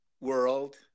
world